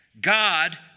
God